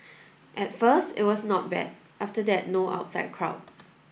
at first it was not bad after that no outside crowd